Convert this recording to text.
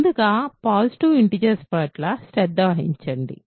ముందుగా positive integers పట్ల శ్రద్ధ వహించనివ్వండి